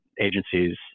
agencies